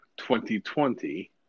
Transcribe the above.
2020